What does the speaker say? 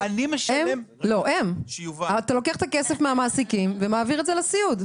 אתה לוקח את הכסף מהמעסיקים ומעביר את זה לסיעוד.